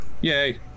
yay